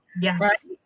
Yes